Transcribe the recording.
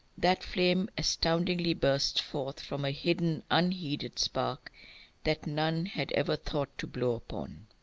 that flame astoundingly bursts forth, from a hidden, unheeded spark that none had ever thought to blow upon.